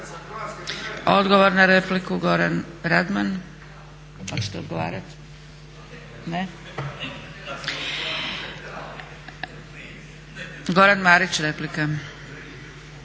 Odgovor na repliku, Goran Radman. Hoćete odgovarat? Ne. Goran Marić, replika.